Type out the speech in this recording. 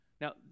Now